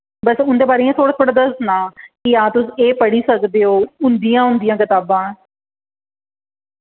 बस उंदे बारे इ'यां थोह्ड़ा थोह्ड़ा दस्सना कि हां तुस एह् पढ़ी सकदे ओ उंदियां उंदियां कताबां